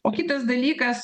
o kitas dalykas